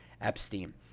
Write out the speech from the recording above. Epstein